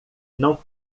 não